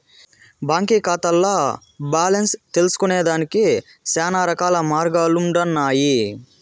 బాంకీ కాతాల్ల బాలెన్స్ తెల్సుకొనేదానికి శానారకాల మార్గాలుండన్నాయి